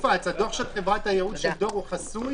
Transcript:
הדוח של חברת הייעוץ של דור הוא חסוי.